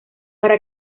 para